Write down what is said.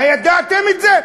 הידעתם את זה?